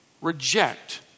reject